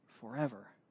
forever